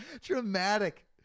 Dramatic